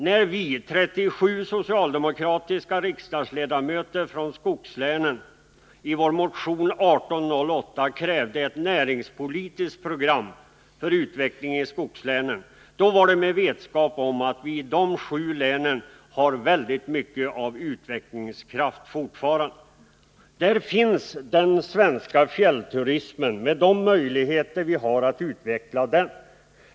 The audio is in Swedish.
När vi 37 socialdemokratiska riksdagsledamöter från skogslänen i vår motion 1808 krävde ett näringspolitiskt program för utveckling i skogslänen, var det med vetskap om att vi i de sju länen har väldigt mycket av utvecklingskraft fortfarande. Där finns den svenska fjällturismen och möjligheterna att utveckla den.